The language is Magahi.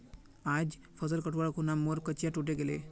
आइज फसल कटवार खूना मोर कचिया टूटे गेले